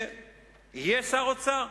ויהיה שר האוצר.